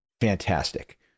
fantastic